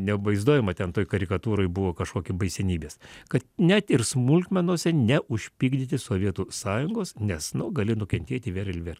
nevaizduojama ten toj karikatūroj buvo kažkokį baisenybės kad net ir smulkmenose neužpykdyti sovietų sąjungos nes nu gali nukentėti vėl ir vėl